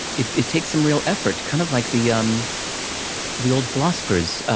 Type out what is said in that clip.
it it takes some real effort, kind of like the um the old philosophers,